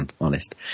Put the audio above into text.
honest